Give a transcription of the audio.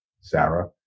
Sarah